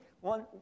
one